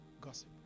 gossip